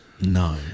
no